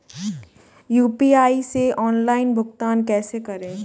UPI से online भुगतान कैसे करें?